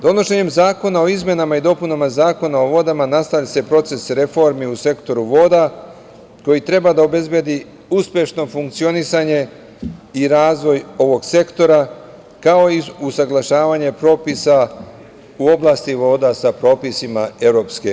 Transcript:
Donošenjem zakona o izmenama i dopunama Zakona o vodama, nastavlja se proces reformi u sektoru voda, koji treba da obezbedi uspešno funkcionisanje i razvoj ovog sektora, kao i usaglašavanje propisa u oblasti voda, sa propisima EU.